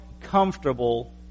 comfortable